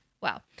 Wow